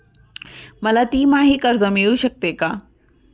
मला तिमाही कर्ज मिळू शकते का?